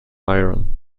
iron